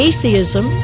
Atheism